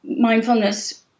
mindfulness